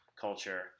culture